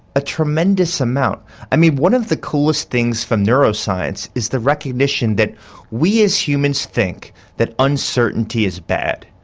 a tremendous amount i mean one of the coolest things for neuroscience is the recognition that we as humans think that uncertainty is bad.